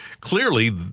clearly